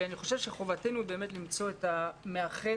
חובתנו למצוא את המאחד,